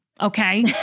okay